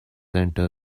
enter